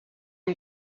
ihm